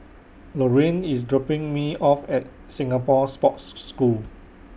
Lorean IS dropping Me off At Singapore Sports School